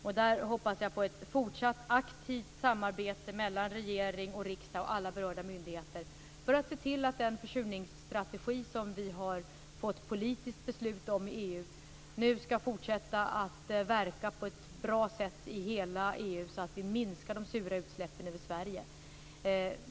Jag hoppas på ett fortsatt aktivt samarbete mellan regering, riksdag och alla berörda myndigheter för att vi skall kunna se till att den försurningsstrategi som vi har fått ett politiskt beslut om i EU nu skall fortsätta att verka på ett bra sätt i hela EU, så att vi minskar de sura utsläppen över Sverige.